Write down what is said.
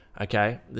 okay